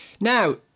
Now